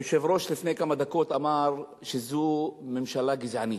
היושב-ראש אמר לפני כמה דקות שזו ממשלה גזענית.